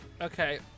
Okay